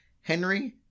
Henry